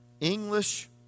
English